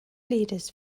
leaders